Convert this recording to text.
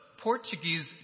Portuguese